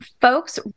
folks